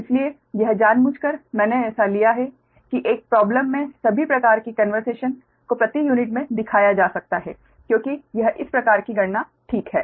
इसलिए यह जानबूझकर मैंने ऐसा लिया है कि एक प्रॉबलम में सभी प्रकार की कंवर्सेशन को प्रति यूनिट में दिखाया जा सकता है क्योंकि यह इस प्रकार की गणना ठीक है